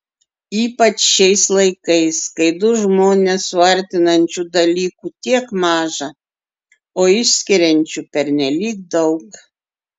ypač šiais laikais kai du žmones suartinančių dalykų tiek maža o išskiriančių pernelyg daug